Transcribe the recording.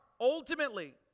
ultimately